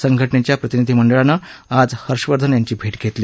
संघटनेच्या प्रतिनिधी मंडळानं आज हर्षवर्धन यांची भेट घेतली